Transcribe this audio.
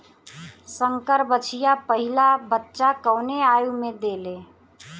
संकर बछिया पहिला बच्चा कवने आयु में देले?